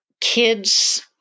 kids